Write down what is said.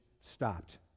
stopped